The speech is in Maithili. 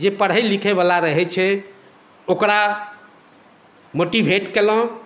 जे पढ़ै लिखै बला रहैत छै ओकरा मोटिवेट केलहुँ